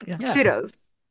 Kudos